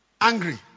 Angry